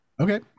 Okay